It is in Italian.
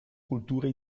culture